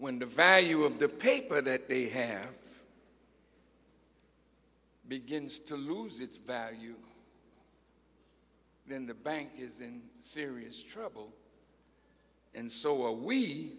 when the value of the paper that they hand begins to lose its value then the bank is in serious trouble and so we w